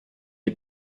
est